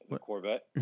Corvette